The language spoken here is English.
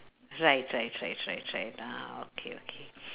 right right right right right ah okay okay